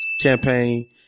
campaign